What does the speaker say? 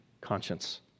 conscience